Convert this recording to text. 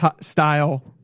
style